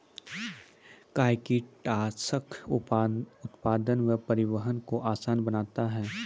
कया कीटनासक उत्पादन व परिवहन को आसान बनता हैं?